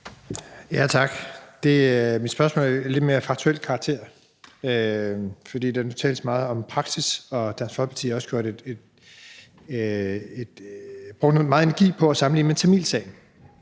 Tak. Min bemærkning er af lidt mere faktuel karakter. Der tales meget om praksis, og Dansk Folkeparti har også brugt meget energi på at sammenligne med tamilsagen.